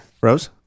rose